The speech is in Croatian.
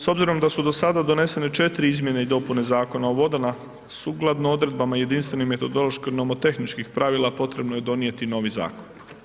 S obzirom da su do sada donesene 4 izmjene i dopune Zakona o vodama sukladno odredbama jedinstvenih metodološko nomotehničkih pravila potrebno je donijeti novi zakon.